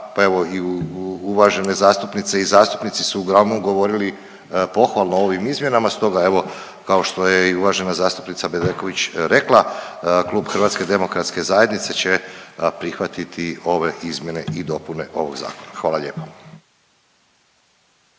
pa evo i uvažene zastupnice i zastupnici su uglavnom govorili pohvalno o ovim izmjenama stoga evo kao što je i uvažena zastupnica Bedeković rekla klub HDZ-a će prihvatiti ove izmjene i dopune ovog zakona. Hvala lijepo.